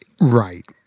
Right